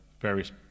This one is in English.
various